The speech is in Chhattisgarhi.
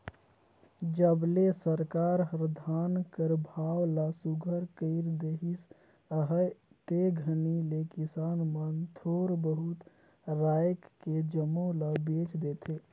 जब ले सरकार हर धान कर भाव ल सुग्घर कइर देहिस अहे ते घनी ले किसान मन थोर बहुत राएख के जम्मो ल बेच देथे